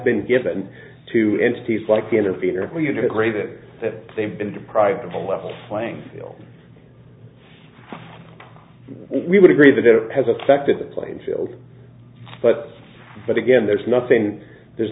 when you disagree that that they've been deprived of a level playing field we would agree that it has affected the playing field but but again there's nothing there's